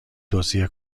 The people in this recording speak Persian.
توصیه